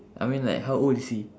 I mean like how old is he